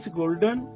golden